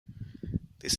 this